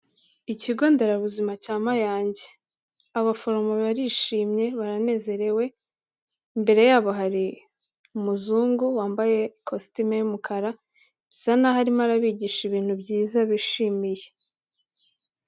Ikigo nderabuzima cya Mayange, abaforomo barishimye baranezerewe, imbere yabo hari umuzungu wambaye ikositimu y'umukara, bisa n'aho arimo arabigisha ibintu byiza bishimiye.